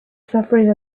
suffering